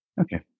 okay